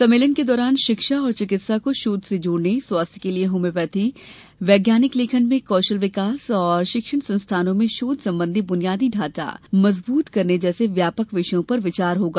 सम्मेलन के दौरान शिक्षा और चिकित्सा को शोध से जोड़ने स्वास्थ्य के लिये होम्योपैथी वैज्ञानिक लेखन में कौशल विकास और शिक्षण संस्थानों में शोध संबंधी बुनियादी ढांचा मज़बूत करने जैसे व्यापक विषयों पर विचार होगा